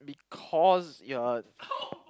because you are